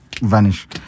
vanish